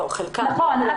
נכון.